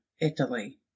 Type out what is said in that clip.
Italy